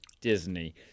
Disney